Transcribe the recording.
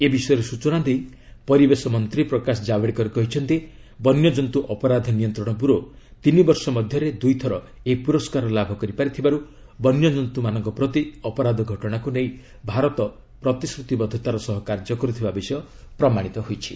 ଏ ବିଷୟରେ ସ୍ଚଚନା ଦେଇ ପରିବେଶ ମନ୍ତ୍ରୀ ପ୍ରକାଶ ଜାବଡେକର କହିଛନ୍ତି ବନ୍ୟଜନ୍ତୁ ଅପରାଧ ନିୟନ୍ତ୍ରଣ ବ୍ୟୁରୋ ତିନି ବର୍ଷ ମଧ୍ୟରେ ଦୁଇଥର ଏହି ପୁରସ୍କାର ଲାଭ କରିଥିବାରୁ ବନ୍ୟଚ୍ଚନ୍ତୁମାନଙ୍କ ପ୍ରତି ଅପରାଧ ଘଟଣାକୁ ନେଇ ଭାରତ ପ୍ରତିଶ୍ରତିବଦ୍ଧତାର ସହ କାର୍ଯ୍ୟ କରୁଥିବା ବିଷୟ ପ୍ରମାଣିତ ହୋଇଛି